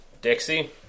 Dixie